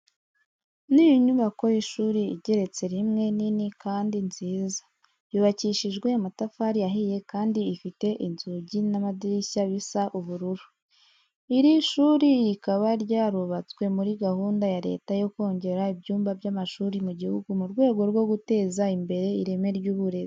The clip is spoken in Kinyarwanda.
Ni inyubako y'ishuri igeretse rimwe, nini kandi nziza, yubakishijwe amatafari ahiye kandi ifite inzugi n'amadirishya bisa ubururu. Iri shuri rikaba ryarubatswe muri gahunda ya Leta yo kongera ibyumba by'amashuri mu gihugu mu rwego rwo guteza imbere ireme ry'uburezi.